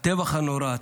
הטבח הנורא,